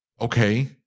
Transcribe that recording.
Okay